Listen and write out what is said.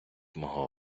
мого